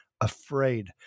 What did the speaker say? afraid